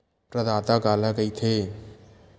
प्रदाता काला कइथे?